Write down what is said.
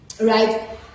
Right